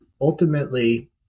ultimately